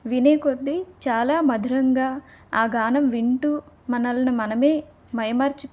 వినే కోద్ది చాలా మధురంగా ఆ గానం వింటూ మనల్ని మనమే మైమర్చి